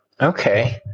Okay